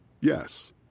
Yes